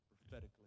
prophetically